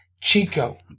Chico